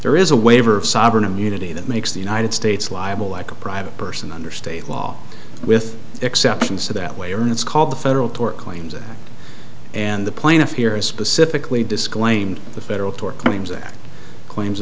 there is a waiver of sovereign immunity that makes the united states liable like a private person under state law with exceptions to that way or it's called the federal tort claims act and the plaintiff here is specifically disclaimed the federal tort claims act claims